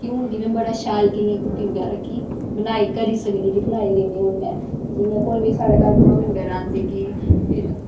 कि हून गी में बड़ा शैल इ'यां कुकिंग करी बनाई करी सकनी कि बनाई लैन्नी हून में जियां कोई बी साढ़े घर परौह्ने बगैरा औंदे कि फिर